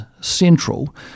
central